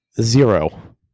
Zero